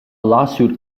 lawsuit